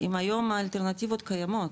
הם היום האלטרנטיבות קיימות,